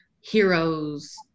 heroes